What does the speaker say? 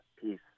peace